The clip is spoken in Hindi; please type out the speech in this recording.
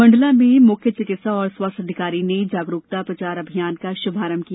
मंडला में मुख्य चिकित्सा एवं स्वास्थ्य अधिकारी ने जागरूकता प्रचार अभियान का श्भारंभ किया